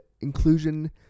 inclusion